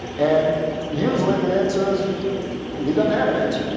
and usually the answer is he doesn't have an answer.